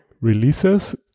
releases